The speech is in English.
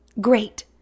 Great